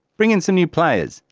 bring in some new players,